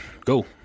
Go